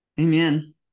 Amen